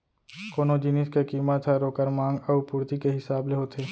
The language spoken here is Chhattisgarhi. कोनो जिनिस के कीमत हर ओकर मांग अउ पुरती के हिसाब ले होथे